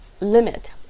limit